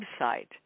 website